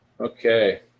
Okay